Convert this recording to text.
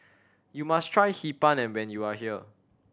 you must try Hee Pan and when you are here